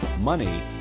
money